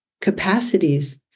capacities